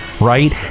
right